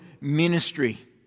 ministry